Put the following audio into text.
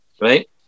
right